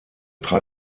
trat